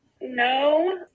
No